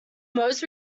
most